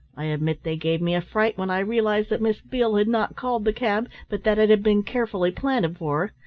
i admit they gave me a fright when i realised that miss beale had not called the cab, but that it had been carefully planted for